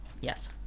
Yes